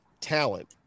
talent